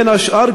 בין השאר,